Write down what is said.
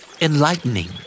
enlightening